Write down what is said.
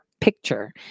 picture